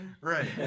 Right